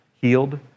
healed